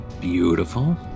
Beautiful